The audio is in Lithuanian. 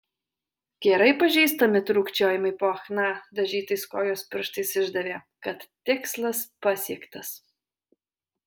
gerai pažįstami trūkčiojimai po chna dažytais kojos pirštais išdavė kad tikslas pasiektas